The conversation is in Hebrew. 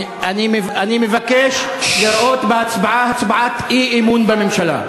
אני מבקש לראות בהצבעה הצבעת אי-אמון בממשלה.